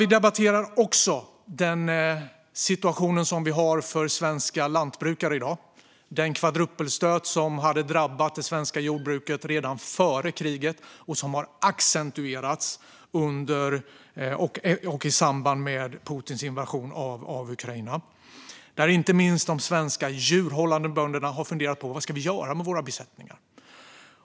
Vi debatterar också den situation som svenska lantbrukare har i dag och den kvadrupeldöd som drabbade det svenska jordbruket redan före kriget och som har accentuerats i samband med Putins invasion av Ukraina. Inte minst har de svenska djurhållande bönderna funderat på vad de ska göra med sina besättningar.